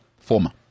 Former